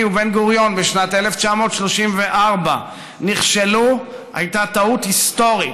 לבן-גוריון בשנת 1934 נכשלו הייתה טעות היסטורית,